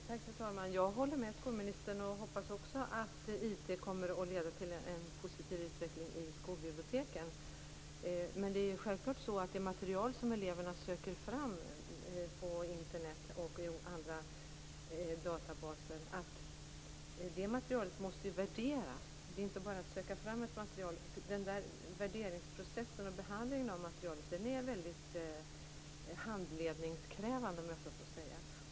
Fru talman! Jag håller med skolministern, och hoppas också att IT kommer att leda till en positiv utveckling i skolbiblioteken. Men det material som eleverna söker fram på Internet och i databaser måste också värderas. Det är inte bara att söka fram ett material. Värderingsprocessen och behandlingen av materialet är väldigt handledningskrävande.